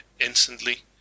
instantly